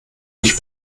mich